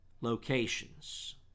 locations